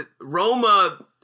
Roma